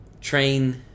train